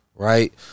right